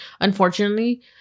unfortunately